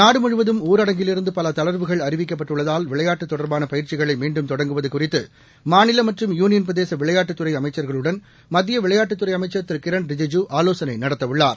நாடுமுழுவதும் ஊரடங்கிலிருந்து பல தளர்வுகள் அறிவிக்கப்பட்டுள்ளதால் விளையாட்டு தொடர்பான பயிற்சிகளை மீண்டும் தொடங்குவது குறித்து மாநில மற்றும் யூனியன் பிரதேச விளையாட்டுத் துறை அமைச்சருடன் மத்திய விளையாட்டுத்துறை அமைச்சர் திருகிரண் ரிஜிஜு ஆலோசனை நடத்தவுள்ளார்